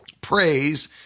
Praise